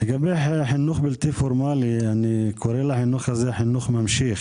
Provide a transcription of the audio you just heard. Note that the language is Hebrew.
לגבי חינוך בלתי פורמלי אני קורא לחינוך הזה חינוך ממשיך